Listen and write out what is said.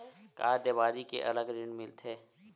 का देवारी के अलग ऋण मिलथे?